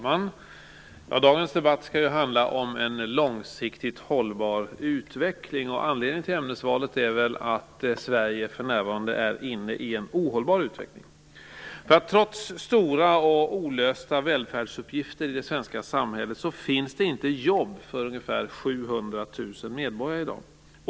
Herr talman! Dagens debatt skall ju handla om en långsiktigt hållbar utveckling. Anledningen till ämnesvalet är väl att Sverige för närvarande är inne i en ohållbar utveckling. Trots stora och olösta välfärdsuppgifter i det svenska samhället finns det inte jobb för ungefär 700 000 medborgare i dag.